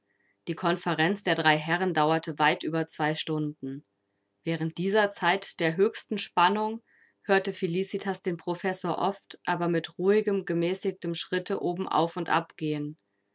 die konferenz der drei herren dauerte weit über zwei stunden während dieser zeit der höchsten spannung hörte felicitas den professor oft aber mit ruhigem gemäßigtem schritte oben auf und ab